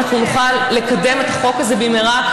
אנחנו נוכל לקדם את החוק הזה במהרה,